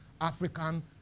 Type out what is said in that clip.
African